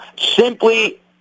simply